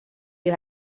you